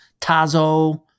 Tazo